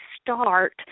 start